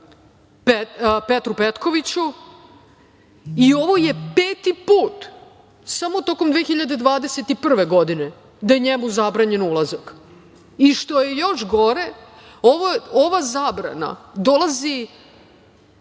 Petru Petkoviću i ovo je peti put samo tokom 2021. godine da je njemu zabranjen ulazak, i što je još gore ova zabrana dolazi